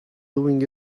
doing